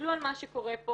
תסתכלו על מה שקורה פה